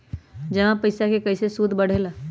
जमा पईसा के कइसे सूद बढे ला?